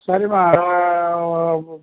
சரிம்மா